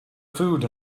food